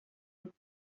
would